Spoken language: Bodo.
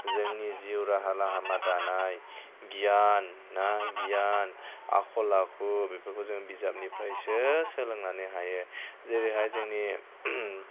जोंनि जिउ राहा लामा दानाय गियान ना गियान आखल आखु बेफोरखौ जों बिजाबनिफ्रायसो सोलोंनानै हायो जेरैहाय जोंनि